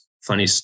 funny